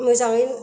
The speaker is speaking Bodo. मोजाङै